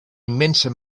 immensa